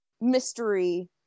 mystery